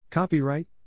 Copyright